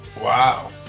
Wow